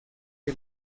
que